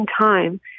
time